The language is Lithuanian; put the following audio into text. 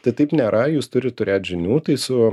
tai taip nėra jūs turit turėt žinių tai su